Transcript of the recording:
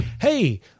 hey